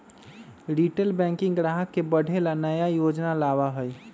retail banking ग्राहक के बढ़े ला नया योजना लावा हई